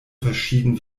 verschieden